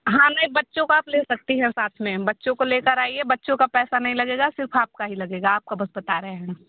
हाँ मेरे बच्चों का आप ले सकती हैं साथ में बच्चों को लेकर आइए बच्चों का पैसा नहीं लगेगा सिर्फ़ आपका ही लगेगा आपका बस बता रहे हैं